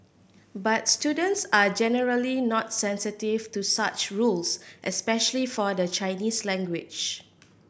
but students are generally not sensitive to such rules especially for the Chinese language